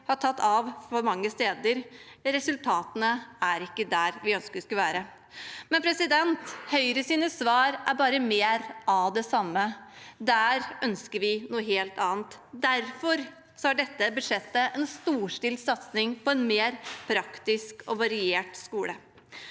har tatt av mange steder. Resultatene er ikke der vi ønsker de skulle være. Høyres svar er bare mer av det samme – der ønsker vi noe helt annet. Derfor er dette budsjettet en storstilt satsing på en mer praktisk og variert skole.